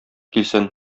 килсен